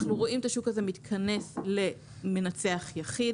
אנחנו רואים את השוק הזה מתכנס למנצח יחיד